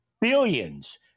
billions